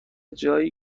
جایی